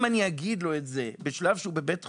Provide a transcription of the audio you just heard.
אם אני אגיד לו את זה בשלב שבו הוא נמצא בבית חולים,